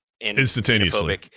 Instantaneously